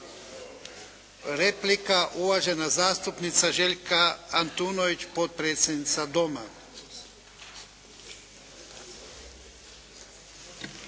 Replika uvažena zastupnica Željka Antunović potpredsjednica doma.